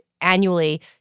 annually